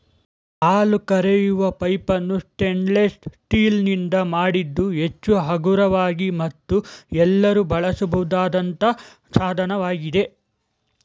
ಹಾಲು ಕರೆಯುವ ಪೈಪನ್ನು ಸ್ಟೇನ್ಲೆಸ್ ಸ್ಟೀಲ್ ನಿಂದ ಮಾಡಿದ್ದು ಹೆಚ್ಚು ಹಗುರವಾಗಿ ಮತ್ತು ಎಲ್ಲರೂ ಬಳಸಬಹುದಾದಂತ ಸಾಧನವಾಗಿದೆ